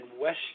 West